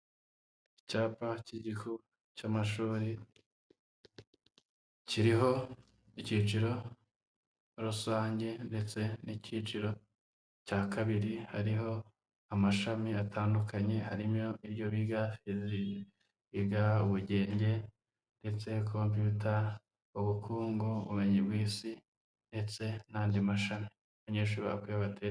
Icyapa cy'ikigo cy'amashuri kiriho ikiciro rusange ndetse n'ikiciro cya kabiri; hariho amashami atandukanye harimo ibyo biga biga ubugenge ndetse computer, ubukungu, ubumenyi bw'Isi ndetse n'andi mashami. Abanyeshuri bava...